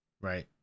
Right